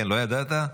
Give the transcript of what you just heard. לא ידעת?